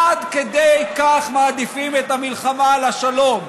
עד כדי כך מעדיפים את המלחמה על השלום,